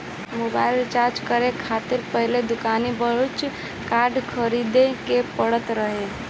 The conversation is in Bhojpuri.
मोबाइल रिचार्ज करे खातिर पहिले दुकानी के बाउचर कार्ड खरीदे के पड़त रहे